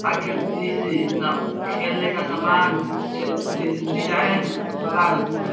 आकृति जो सब खेलने का सामान डिज़ाइन वाला